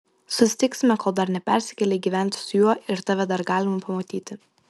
susitiksime kol dar nepersikėlei gyventi su juo ir tave dar galima pamatyti